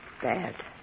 Sad